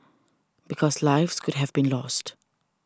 because lives could have been lost